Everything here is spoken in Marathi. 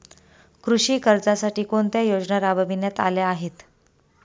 कृषी कर्जासाठी कोणत्या योजना राबविण्यात आल्या आहेत?